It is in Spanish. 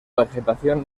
vegetación